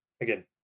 Again